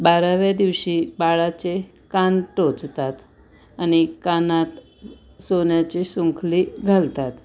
बाराव्या दिवशी बाळाचे कान टोचतात आणि कानात सोन्याची सुंखली घालतात